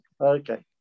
Okay